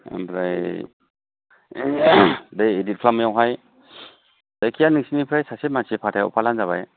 ओमफ्राय बे इदिट खालामनायावहाय जायखिजाया नोंसोरनिफ्राय सासे मानसि फाथायहरब्लानो जाबाय